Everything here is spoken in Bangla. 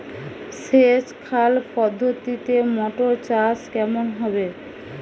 সেচ খাল পদ্ধতিতে মটর চাষ কেমন হবে?